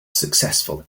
successful